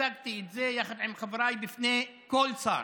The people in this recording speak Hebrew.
הצגתי את זה יחד עם חבריי בפני כל שר,